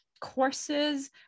courses